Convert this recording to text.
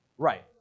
Right